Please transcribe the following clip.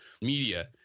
media